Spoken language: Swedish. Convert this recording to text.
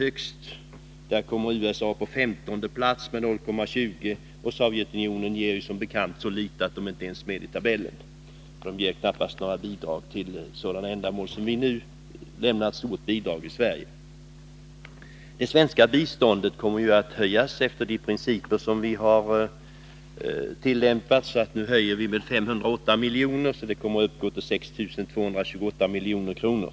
USA kommer på plats 15 med 0,20 96, medan Sovjetunionen ger så litet att de inte ens är med i tabellen — man ger knappast några sådana bidrag alls. Det svenska biståndet kommer att höjas efter de principer som vi hittills har tillämpat. Höjningen blir nu 508 milj.kr., och biståndet kommer sammanlagt att uppgå till 6 228 milj.kr.